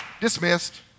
Dismissed